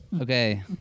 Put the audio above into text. Okay